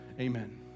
Amen